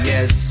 Yes